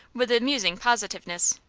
with amusing positiveness.